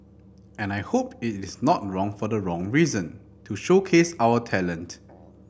and I hope it is not wrong for the wrong reason to showcase our talent